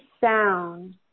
sound